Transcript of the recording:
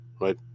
right